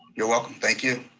you're welcome, thank you.